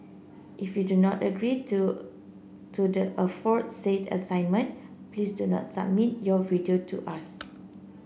if you do not agree to to the aforesaid assignment please do not submit your video to us